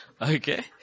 Okay